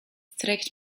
trägt